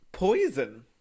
poison